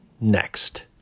next